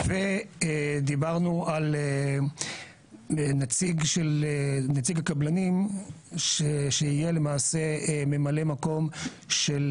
ודיברנו על נציג הקבלנים שיהיה למעשה ממלא מקום של